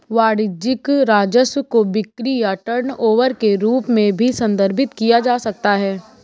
वाणिज्यिक राजस्व को बिक्री या टर्नओवर के रूप में भी संदर्भित किया जा सकता है